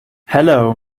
hello